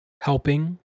helping